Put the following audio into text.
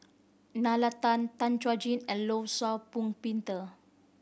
Nalla Tan Tan Chuan Jin and Law Shau Pong Peter